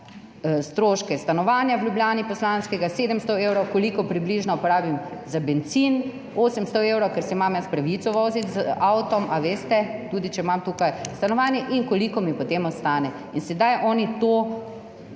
poslanskega stanovanja v Ljubljani, 700 evrov, koliko približno porabim za bencin, 800 evrov, ker se imam jaz pravico voziti z avtom, veste, tudi če imam tukaj stanovanje, in koliko mi potem ostane. In sedaj oni to